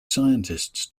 scientists